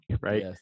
Right